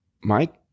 mike